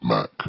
Mac